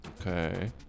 Okay